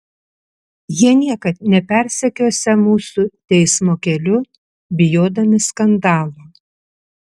jie niekad nepersekiosią mūsų teismo keliu bijodami skandalo